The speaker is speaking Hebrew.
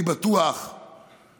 אני בטוח שבאישיותך,